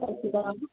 ਸਤਿ ਸ਼੍ਰੀ ਆਕਾਲ